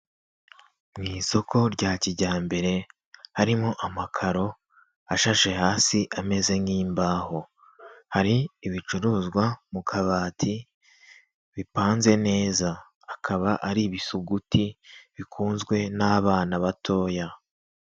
Mu isoko rya kijyambere harimo amakaro ashashe hasi ameze nk'imbaho, hari ibicuruzwa mu kabati bipanze neza, akaba ari ibisuguti bikunzwe n'abana batoya.